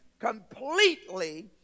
completely